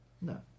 No